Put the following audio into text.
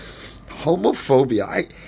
Homophobia